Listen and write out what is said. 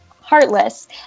Heartless